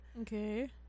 okay